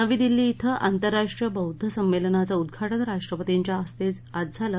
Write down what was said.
नवी दिल्ली क्वि आंतरराष्ट्रीय बौद्ध संमेलनाचं उद्वाटन राष्ट्रपतींच्या हस्ते आज झालं